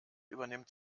übernimmt